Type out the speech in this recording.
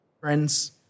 Friends